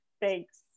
Thanks